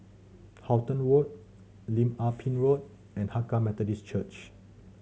Halton Road Lim Ah Pin Road and Hakka Methodist Church